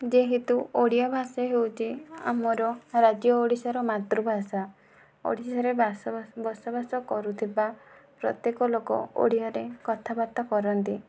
ଯେହେତୁ ଓଡ଼ିଆ ଭାଷା ହେଉଛି ଆମର ରାଜ୍ୟ ଓଡ଼ିଶାର ମାତୃଭାଷା ଓଡ଼ିଶାରେ ବାସ ବସ ବାସ କରୁଥିବା ପ୍ରତ୍ୟକ ଲୋକ ଓଡ଼ିଆରେ କଥା ବାର୍ତ୍ତା କରନ୍ତି